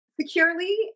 securely